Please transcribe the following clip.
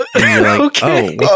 okay